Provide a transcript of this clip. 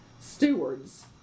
stewards